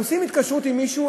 אנחנו עושים התקשרות עם מישהו,